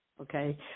okay